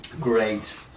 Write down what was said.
Great